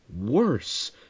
worse